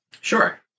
Sure